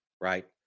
right